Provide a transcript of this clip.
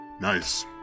Nice